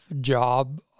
job